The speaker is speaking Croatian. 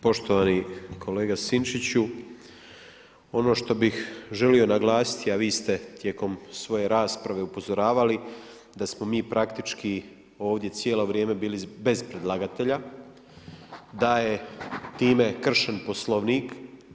Poštovani kolega Sinčiću, ono što bih želio naglasiti, a vi ste tijekom svoje rasprave upozoravali da smo mi praktički ovdje cijelo vrijeme bili bez predlagatelja, da je time kršen Poslovnik.